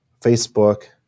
Facebook